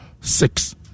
six